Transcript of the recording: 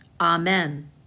Amen